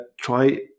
try